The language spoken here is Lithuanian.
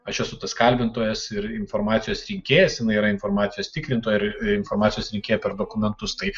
aš esu tas kalbintojas ir informacijos rinkėjas jinai yra informacijos tikrintoja ir ir informacijos rinkėja per dokumentus tai